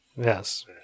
Yes